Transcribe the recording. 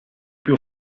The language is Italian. più